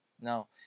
Now